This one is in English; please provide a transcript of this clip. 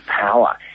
power